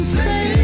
say